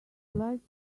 likes